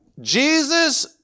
Jesus